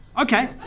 Okay